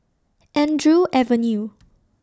Andrew Avenue